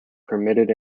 permitted